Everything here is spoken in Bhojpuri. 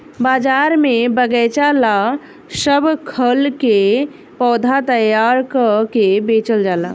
बाजार में बगएचा ला सब खल के पौधा तैयार क के बेचल जाला